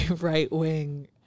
right-wing